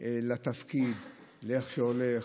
על התפקיד, על איך שהולך,